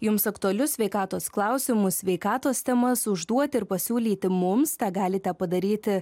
jums aktualius sveikatos klausimus sveikatos temas užduoti ir pasiūlyti mums tą galite padaryti